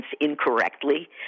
incorrectly